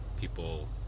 people